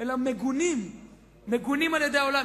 אלא גם מגונים על-ידי העולם.